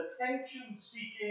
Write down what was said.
attention-seeking